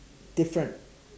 different